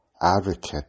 advocate